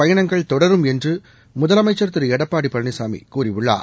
பயணங்கள் தொடரும் என்று முதலமைச்சர் திரு எடப்பாடி பழனிசாமி கூறியுள்ளார்